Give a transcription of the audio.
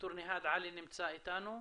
משה בן יעקב נמצא איתנו?